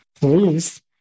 please